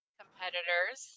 competitors